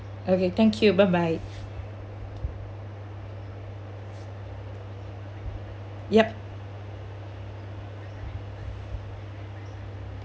okay thank you bye bye yup